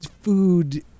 food